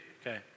Okay